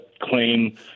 claim